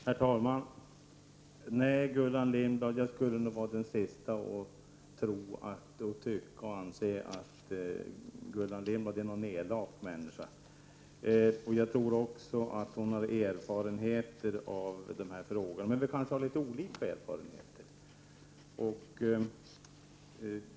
Herr talman! Nej, jag skulle nog vara den siste att tro, tycka och anse att Gullan Lindblad är en elak människa. Jag tror att också Gullan Lindblad har erfarenheter av denna fråga, men vi kanske har litet olika erfarenheter.